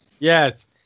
Yes